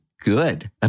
good